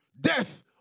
Death